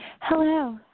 Hello